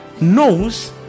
knows